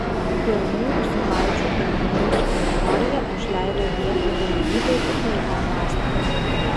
pirmųjų savaičių ir mėnesių euforija užleido vietą realybei ir blaiviam mąstymui